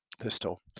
Pistol